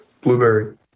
Blueberry